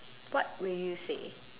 what will you say